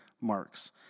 marks